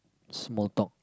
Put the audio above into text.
small talk